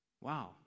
Wow